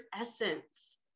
essence